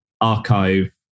archive